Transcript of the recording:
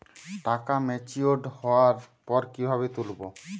টাকা ম্যাচিওর্ড হওয়ার পর কিভাবে তুলব?